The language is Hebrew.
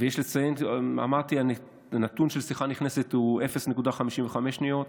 אמרתי שהנתון של שיחה נכנסת הוא 0.55 שניות,